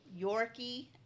Yorkie